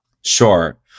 Sure